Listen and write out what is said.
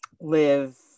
live